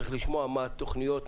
צריך לשמוע מה התוכניות,